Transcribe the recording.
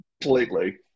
Completely